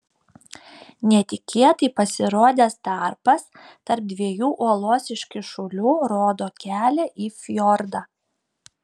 netikėtai pasirodęs tarpas tarp dviejų uolos iškyšulių rodo kelią į fjordą